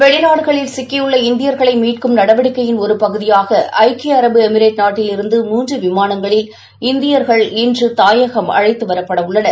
வெளிநாடுகளில் சிக்கியுள்ள இந்தியர்களை மீட்கும் நடவடிக்கையின் ஒரு பகுதியாக இன்று ஐக்கிய அரபு எமிரேட் நாட்டில் இருந்து மூன்று விமானங்களில் இந்தியர்கள் தாயகத்திற்கு அழைத்து வரப்பட உள்ளனர்